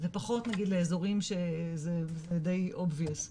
ופחות נגיד לאזורים שזה די OBVIOUS,